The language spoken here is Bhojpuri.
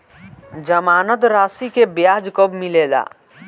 जमानद राशी के ब्याज कब मिले ला?